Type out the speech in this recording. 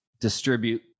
distribute